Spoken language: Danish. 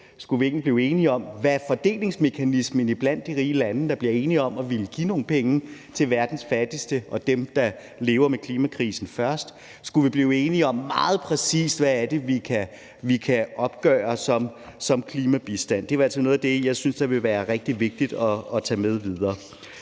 Skulle vi ikke blive enige om: Hvad er fordelingsmekanismen blandt de rige lande, der bliver enige om at ville give nogle penge til verdens fattigste og til dem, der først må leve med konsekvenserne af klimakrisen? Skulle vi meget præcist blive enige om, hvad det er, vi kan opgøre som klimabistand? Det er altså noget af det, jeg synes ville være rigtig vigtigt at tage med videre.